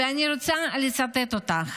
ואני רוצה לצטט אותך: